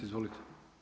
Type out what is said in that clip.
Izvolite.